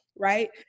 Right